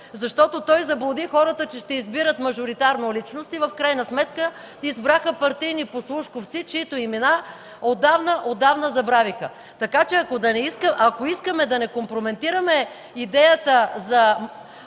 защото той заблуди хората, че ще избират мажоритарно личности, а в крайна сметка избраха партийни послушковци, чиито имена отдавна, отдавна забравиха. Ако искаме да не компрометираме идеята за